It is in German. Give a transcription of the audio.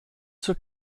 zur